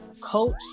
coach